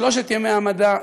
שלושת ימי המדע.